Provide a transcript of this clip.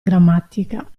grammatica